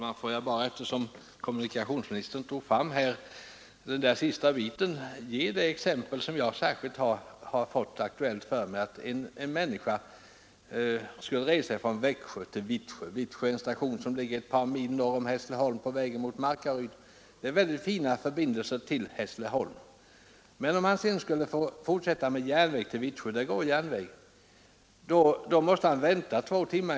Herr talman! Eftersom herr kommunikationsministern tog detta exempel med den sista biten av en resa vill jag anföra ett aktuellt fall. En person skulle resa från Växjö till Vittsjö, en station som ligger ett par mil norr om Hässleholm på vägen mot Markaryd. Det är mycket fina förbindelser till Hässleholm. Det går en järnväg även till Vittsjö, men för att fortsätta resan med järnväg från Hässleholm till Vittsjö måste denne person vänta i två timmar.